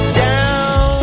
down